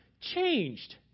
changed